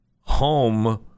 home